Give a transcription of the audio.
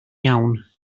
iawn